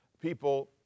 people